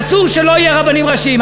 שאסור שלא יהיו רבנים ראשיים,